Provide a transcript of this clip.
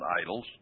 idols